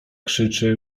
krzyczy